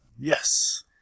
Yes